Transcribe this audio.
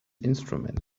instrument